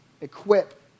Equip